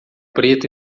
preto